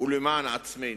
ולמען עצמנו.